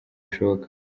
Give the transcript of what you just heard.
bishoboka